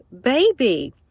baby